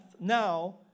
now